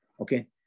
okay